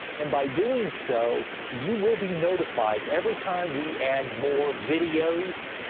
and by doing so you will be notified every time we add more videos,